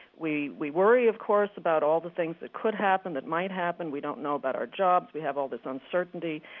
we we worry, of course, about all the things that could happen, that might happen. we don't know about our jobs, we have all this uncertainty,